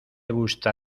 gusta